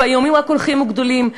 והאיומים רק הולכים וגדלים.